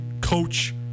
coach